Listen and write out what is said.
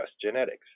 genetics